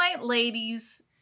Ladies